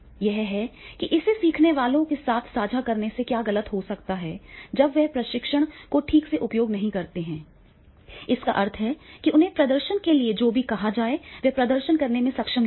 यही है इसे सीखने वालों के साथ साझा करने से क्या गलत हो सकता है जब वे प्रशिक्षण का ठीक से उपयोग नहीं करते हैं इस अर्थ में कि उन्हें प्रदर्शन करने के लिए जो भी कहा गया है और वे प्रदर्शन करने में सक्षम नहीं हैं